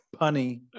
punny